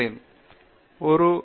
பேராசிரியர் பிரதாப் ஹரிதாஸ் கிரேட்